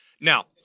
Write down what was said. Now